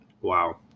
Wow